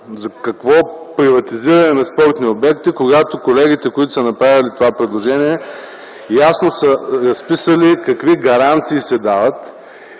за какво приватизиране на спортни обекти, когато колегите, които са направили това предложение, ясно са разписали какви гаранции се дават.